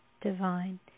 divine